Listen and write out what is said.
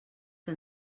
que